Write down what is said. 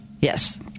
Yes